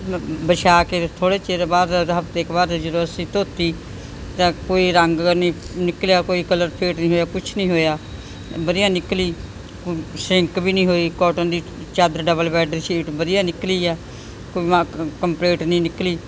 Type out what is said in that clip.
ਵਿਛਾ ਕੇ ਥੋੜ੍ਹੇ ਚਿਰ ਬਾਅਦ ਹਫਤੇ ਕੁ ਬਾਅਦ ਜਦੋਂ ਅਸੀਂ ਧੋਤੀ ਤਾਂ ਕੋਈ ਰੰਗ ਨਹੀਂ ਨਿਕਲਿਆ ਕੋਈ ਕਲਰ ਫੇਟ ਨਹੀਂ ਹੋਇਆ ਕੁਛ ਨਹੀਂ ਹੋਇਆ ਵਧੀਆ ਨਿਕਲੀ ਸ਼ਰਿੰਕ ਵੀ ਨਹੀਂ ਹੋਈ ਕਾਟਨ ਦੀ ਚਾਦਰ ਡਬਲ ਬੈਡ ਸ਼ੀਟ ਵਧੀਆ ਨਿਕਲੀ ਆ ਕੋਈ ਕੰਪਲੀਟ ਨਹੀਂ ਨਿਕਲੀ